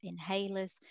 inhalers